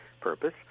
purpose